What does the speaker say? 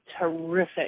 terrific